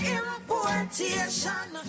importation